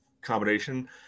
combination